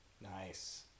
Nice